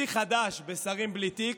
שיא חדש בשרים בלי תיק.